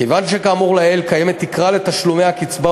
כיוון שכאמור לעיל קיימת תקרה לתשלומי הקצבה,